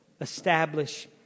establish